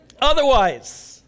Otherwise